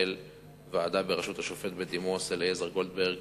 ועדה בראשות השופט בדימוס אליעזר גולדברג.